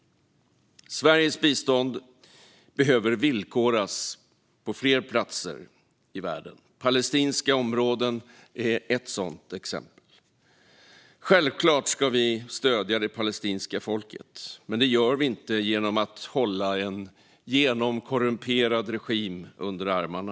Sveriges bistånd behöver villkoras på fler platser i världen. Palestinska områden är ett sådant exempel. Självklart ska vi stödja det palestinska folket, men det gör vi inte genom att hålla en genomkorrumperad regim under armarna.